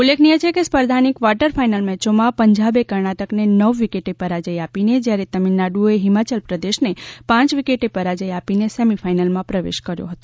ઉલ્લેખનીય છે કે સ્પર્ધાની ક્વાર્ટર ફાઈનલ મેચોમાં પંજાબે કર્ણાટકને નવ વિકેટે પરાજય આપીને જ્યારે તમિલનાડુએ હિમાચલ પ્રદેશને પાંચ વિકેટે પરાજય આપીને સેમિફાઈનલમાં પ્રવેશ કર્યો હતો